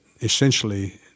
essentially